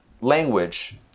language